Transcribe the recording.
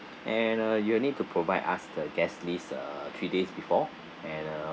and uh you'll need to provide us the guests list uh three days before and uh